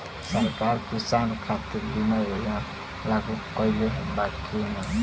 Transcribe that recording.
सरकार किसान खातिर बीमा योजना लागू कईले बा की ना?